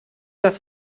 das